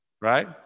Right